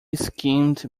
skimmed